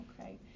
Okay